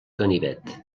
ganivet